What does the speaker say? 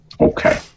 okay